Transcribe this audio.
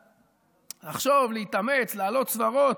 לחשוב, להתאמץ, להעלות סברות.